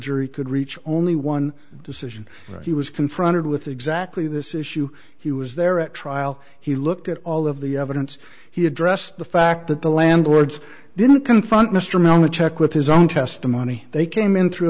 jury could reach only one decision he was confronted with exactly this issue he was there at trial he looked at all of the evidence he addressed the fact that the landlords didn't confront mr mehlman check with his own testimony they came in through